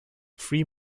three